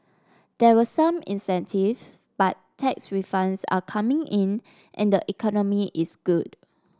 there were some incentives but tax refunds are coming in and the economy is good